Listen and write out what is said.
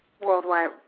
worldwide